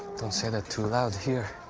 don't say that too loud here.